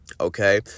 okay